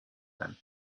then